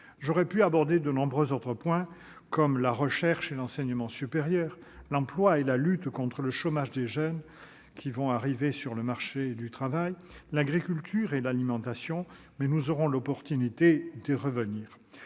J'aurais pu aborder de nombreux autres points, comme la recherche, l'enseignement supérieur, l'emploi, la lutte contre le chômage des jeunes qui vont arriver sur le marché du travail, ou encore l'agriculture et l'alimentation, mais nous aurons l'occasion d'y revenir.